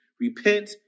Repent